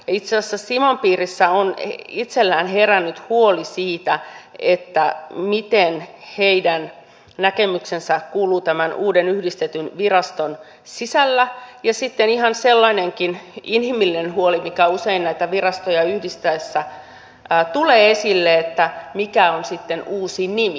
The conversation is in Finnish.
itse asiassa cimon piirissä on heillä itsellään herännyt huoli siitä miten heidän näkemyksensä kuuluu tämän uuden yhdistetyn viraston sisällä ja sitten on ihan sellainenkin inhimillinen huoli mikä usein näitä virastoja yhdistettäessä tulee esille että mikä on sitten uusi nimi